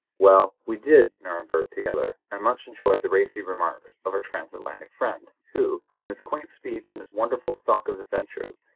well, we did nurnberg together, and much enjoyed the racy remarks of our transatlantic friend, who, from his quaint speech and his wonderful stock of adventures,